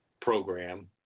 program